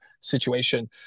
situation